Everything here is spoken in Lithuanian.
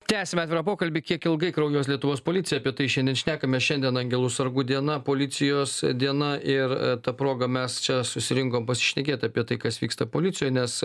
tęsiam atvirą pokalbį kiek ilgai kraujuos lietuvos policija apie tai šiandien šnekamės šiandien angelų sargų diena policijos diena ir ta proga mes čia susirinkom pasišnekėt apie tai kas vyksta policijoj nes